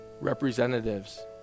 representatives